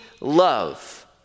love